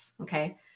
Okay